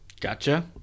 Gotcha